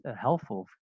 helpful